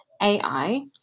AI